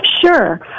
Sure